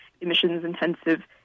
emissions-intensive